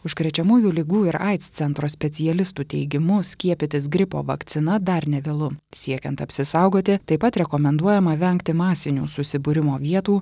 užkrečiamųjų ligų ir aids centro specialistų teigimu skiepytis gripo vakcina dar nevėlu siekiant apsisaugoti taip pat rekomenduojama vengti masinių susibūrimo vietų